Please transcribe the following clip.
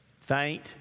faint